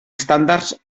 estàndards